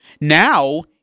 Now